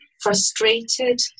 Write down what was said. frustrated